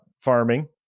farming